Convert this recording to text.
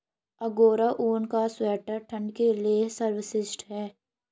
angora ऊन का sweater ठंड के लिए सर्वश्रेष्ठ है